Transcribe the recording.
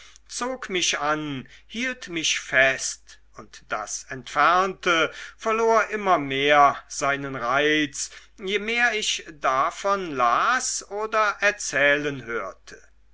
zog mich an hielt mich fest und das entfernte verlor immer mehr seinen reiz je mehr ich davon las oder erzählen hörte